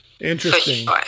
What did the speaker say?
Interesting